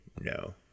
No